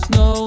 no